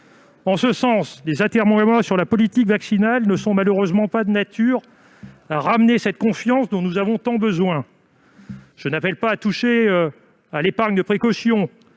En ce sens, les atermoiements sur la politique vaccinale ne sont malheureusement pas de nature à restaurer cette confiance, dont nous avons tant besoin. Je n'appelle pas à toucher à l'épargne de précaution